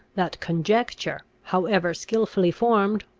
that conjecture, however skilfully formed,